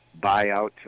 buyout